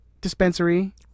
dispensary